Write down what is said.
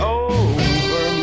over